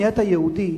נהיית יהודי,